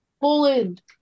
Poland